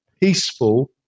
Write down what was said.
peaceful